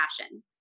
passion